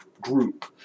group